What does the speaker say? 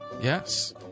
yes